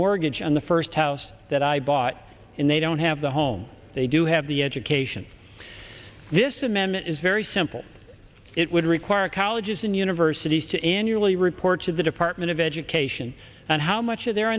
mortgage on the first house that i bought in they don't have the home they do have the education this imminent is very simple it would require colleges and universities to annually report to the department of education and how much of their